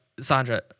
Sandra